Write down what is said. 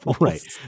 Right